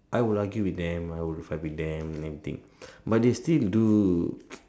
I would argue with them I would fight with them and everything but they still do